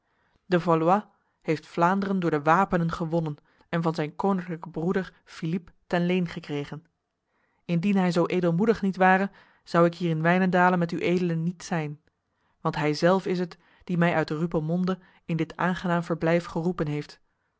de valois heeft vlaanderen door de wapenen gewonnen en van zijn koninklijke broeder philippe ten leen gekregen indien hij zo edelmoedig niet ware zou ik hier in wijnendale met ued niet zijn want hij zelf is het die mij uit rupelmonde in dit aangenaam verblijf geroepen heeft